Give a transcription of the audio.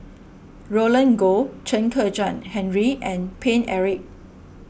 Roland Goh Chen Kezhan Henri and Paine Eric